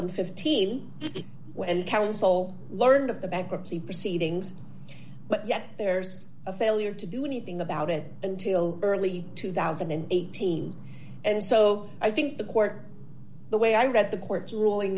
and fifteen when counsel learned of the bankruptcy proceedings but yet there's a failure to do anything about it until early two thousand and eighteen and so i think the court the way i read the court's ruling